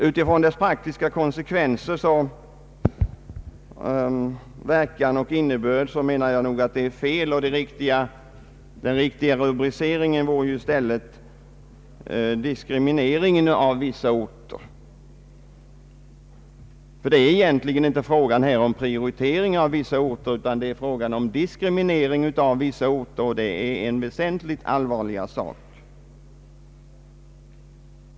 Utifrån dess praktiska konsekvenser, dess verkan och innebörd anser jag att detta är fel. Den riktiga rubriceringen vore i stället: diskriminering av vissa orter! Det är nämligen här egentligen inte fråga om prioritering av vissa orter utan om en diskriminering, vilket är en väsentligt allvarligare sak.